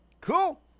cool